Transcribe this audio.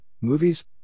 movies